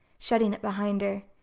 shutting it behind her.